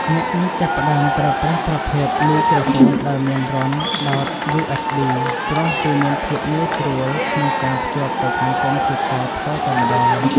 អ្នកអាចចាប់ផ្តើមប្រើប្រាស់ប្រភេទមីក្រូហ្វូនដែលមានរន្ធដោតយូអេសប៊ីព្រោះវាមានភាពងាយស្រួលក្នុងការភ្ជាប់ទៅកាន់កុំព្យូទ័រផ្ទាល់តែម្តង។